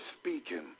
speaking